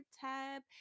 tab